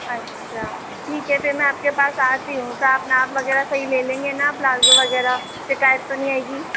अच्छा ठीक है फिर मैं आपके पास आती हूँ तो आप नाप वगैरह सही ले लेंगे न पलाज़ो वगैरह शिकायत तो नहीं आएगी